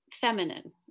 feminine